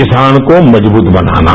किसान को मजबूत बनाना